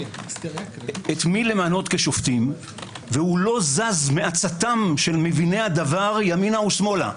את מי למנות כשופטים והוא לא זז מעצתם של מביני הדבר ימינה ושמאלה.